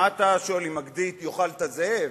מה אתה שואל, אם הגדי יאכל את הזאב?